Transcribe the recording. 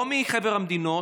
לא מחבר המדינות,